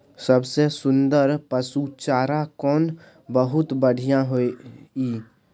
सबसे सुन्दर पसु चारा कोन बहुत बढियां होय इ?